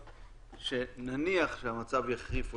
כשנניח המצב יחריף,